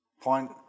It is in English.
Point